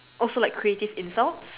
oh so like creative insults